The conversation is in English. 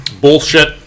bullshit